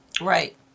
Right